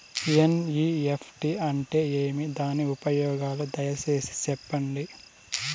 NEFT అంటే ఏమి? దాని ఉపయోగాలు దయసేసి సెప్పండి?